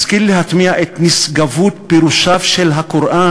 השכיל להטמיע את נשגבות פירושיו של הקוראן